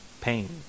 pain